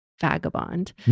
vagabond